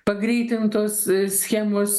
pagreitintos schemos